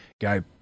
guy